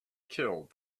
killed